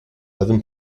lewym